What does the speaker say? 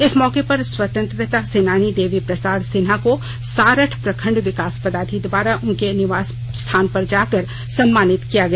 इस मौके पर स्वतंत्रता सेनानी देवी प्रसाद सिन्हा को सारठ प्रखंड विकास पदाधिकारी द्वारा उनके निवास स्थान पर पहँच कर सम्मानित किया गया